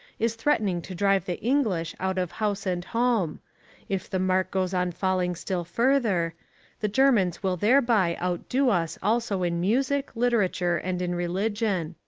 is threatening to drive the english out of house and home if the mark goes on falling still further the germans will thereby outdo us also in music, literature and in religion.